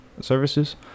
services